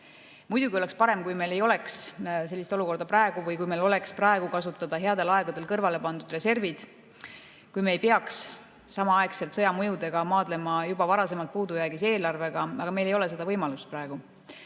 Muidugi oleks parem, kui meil ei oleks sellist olukorda praegu või kui meil oleks praegu kasutada headel aegadel kõrvale pandud reservid, kui me ei peaks samaaegselt sõja mõjudega maadlema juba varasemalt puudujäägis eelarvega, aga meil ei ole seda võimalust praegu.